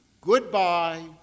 Goodbye